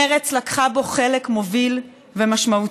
מרצ לקחה בו חלק מוביל ומשמעותי.